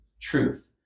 truth